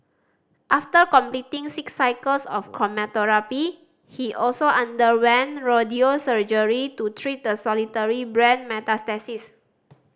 after completing six cycles of chemotherapy he also underwent radio surgery to treat the solitary brain metastasis